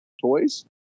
toys